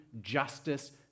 justice